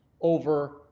over